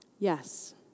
Yes